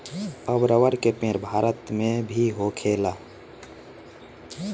अब रबर के पेड़ भारत मे भी होखेला